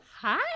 Hi